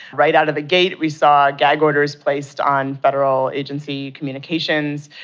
right out of the gate we saw gag orders placed on federal agency communications,